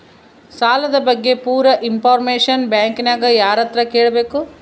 ಸಾಲದ ಬಗ್ಗೆ ಪೂರ ಇಂಫಾರ್ಮೇಷನ ಬ್ಯಾಂಕಿನ್ಯಾಗ ಯಾರತ್ರ ಕೇಳಬೇಕು?